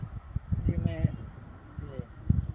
जी मैं अरे